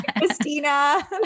Christina